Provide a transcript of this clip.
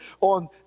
on